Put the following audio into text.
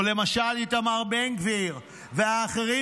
או למשל איתמר בן גביר והאחרים,